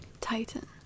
Titan